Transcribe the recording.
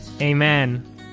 Amen